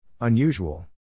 Unusual